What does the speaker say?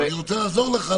אני רוצה לעזור לך.